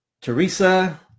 Teresa